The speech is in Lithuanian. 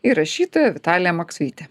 ir rašytoja vitalija maksvytė